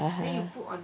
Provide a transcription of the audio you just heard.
(uh huh)